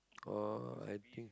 oh I think